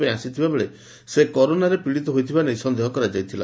ପାଇଁ ଆସିଥିବା ବେଳେ ସେ କରୋନାରେ ପୀଡ଼ିତ ହୋଇଥିବା ନେଇ ସନ୍ଦେହ କରାଯାଇଥିଲା